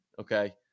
Okay